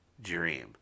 dream